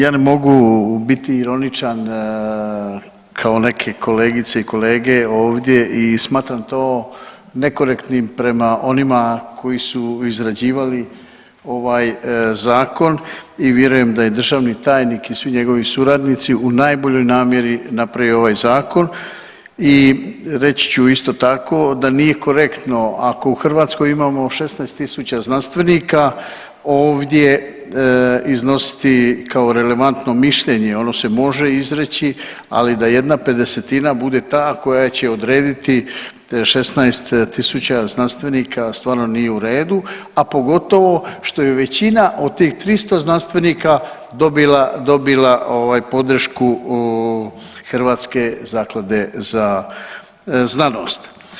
Ja ne mogu biti ironičan kao neke kolegice i kolege ovdje i smatram to nekorektnim prema onima koji su izrađivali ovaj zakon i vjerujem da je državni tajnik i svi njegovi suradnici u najboljoj namjeri napravio ovaj zakon i reći ću isto tako da nije korektno ako u Hrvatskoj imamo 16 tisuća znanstvenika ovdje iznositi kao relevantno mišljenje, ono se može izreći, ali da jedna pedesetina bude ta koja će odrediti 16 tisuća znanstvenika stvarno nije u redu, a pogotovo što je većina od tih 300 znanstvenika dobila, dobila ovaj podršku Hrvatske zaklade za znanost.